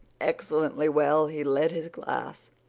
excellently well. he led his class.